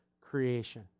creation